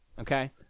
okay